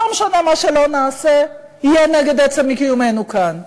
שלא משנה מה שנעשה יהיה נגד עצם קיומנו כאן,